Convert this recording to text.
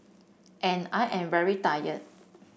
and I am very tired